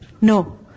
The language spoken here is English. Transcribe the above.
no